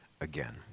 again